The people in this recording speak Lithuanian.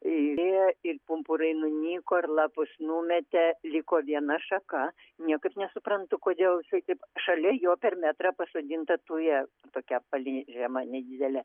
eilė ir pumpurai nunyko ir lapus numetė liko viena šaka niekaip nesuprantu kodėl čia taip šalia jo per metrą pasodinta tuja tokia apvali žema nedidelė